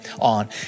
on